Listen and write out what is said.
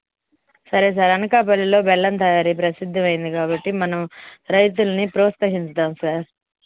సరే సార్ అనకాపల్లిలో బెల్లం తయారి ప్రసిద్ధమైనది కాబట్టి మనం రైతులని ప్రోత్సహిద్దాం సార్